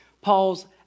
Paul's